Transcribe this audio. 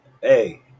hey